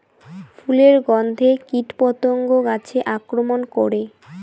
ফুলের গণ্ধে কীটপতঙ্গ গাছে আক্রমণ করে?